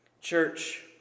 Church